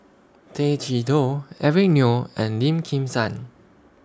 Tay Chee Toh Eric Neo and Lim Kim San